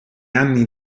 anni